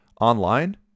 online